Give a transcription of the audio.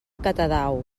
catadau